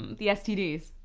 the stds?